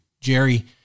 Jerry